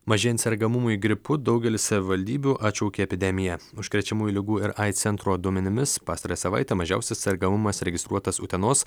mažėjant sergamumui gripu daugely savivaldybių atšaukė epidemiją užkrečiamųjų ligų ir aids centro duomenimis pastarąją savaitę mažiausias sergamumas registruotas utenos